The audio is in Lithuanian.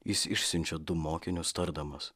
jis išsiunčia du mokinius tardamas